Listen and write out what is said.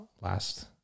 last